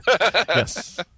Yes